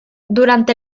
durante